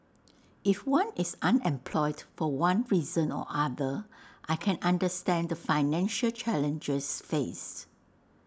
if one is unemployed for one reason or other I can understand the financial challenges faced